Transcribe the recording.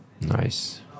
Nice